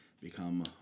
become